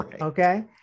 okay